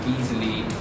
easily